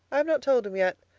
i have not told him yet.